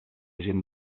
gent